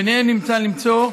וביניהם ניתן למצוא: